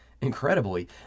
Incredibly